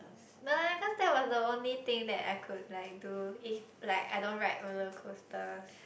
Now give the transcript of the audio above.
no like cause that was the only thing that I could like do if like I don't ride roller coasters